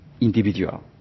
individual